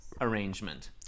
arrangement